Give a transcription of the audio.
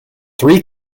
three